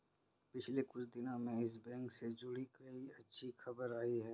पिछले कुछ दिनो में यस बैंक से जुड़ी कई अच्छी खबरें आई हैं